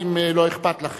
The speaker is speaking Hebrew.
אם הם יסכימו, אין לי בעיה.